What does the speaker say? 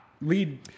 Lead